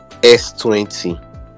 S20